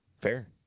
Fair